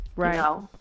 right